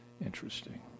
interesting